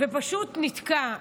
ופשוט נתקע.